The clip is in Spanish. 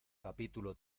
capítulo